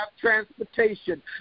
transportation